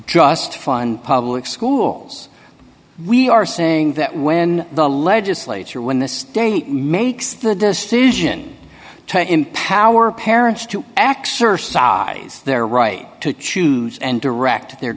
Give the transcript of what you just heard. trust fund public schools we are saying that when the legislature when the state makes the decision to empower parents to x or their right to choose and direct their